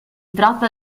tratta